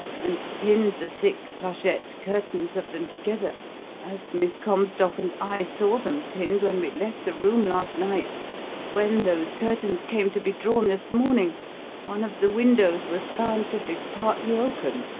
and pinned the thick plushette curtains of them together as miss comstock and i saw them pinned when we left the room last night when those curtains came to be drawn this morning one of the windows was found to be partly open,